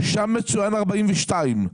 שם מצוין 42 שקלים.